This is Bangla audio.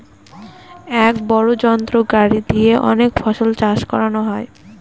এক বড় যন্ত্র গাড়ি দিয়ে অনেক ফসল চাষ করানো যায়